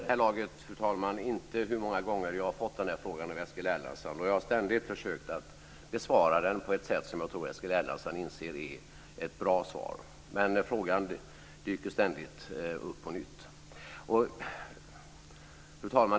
Fru talman! Jag vet vid det här laget inte hur många gånger jag har fått den här frågan av Eskil Erlandsson. Jag har ständigt försökt besvara den på ett sätt som jag tror att Eskil Erlandsson inser är bra. Men frågan dyker ständigt upp på nytt. Fru talman!